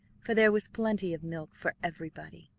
for there was plenty of milk for everybody.